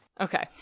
Okay